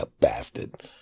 bastard